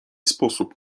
sposób